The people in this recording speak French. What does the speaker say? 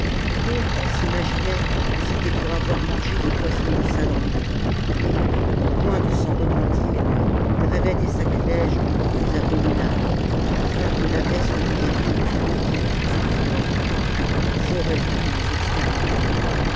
d'autres s'imaginaient que c'était pour avoir mangé les poissons de salammbô et loin de s'en repentir ils rêvaient des sacrilèges encore plus abominables afin que l'abaissement des dieux puniques fût plus grand ils auraient voulu les exterminer